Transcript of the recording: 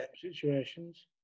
situations